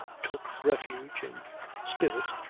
took refuge, in spirit,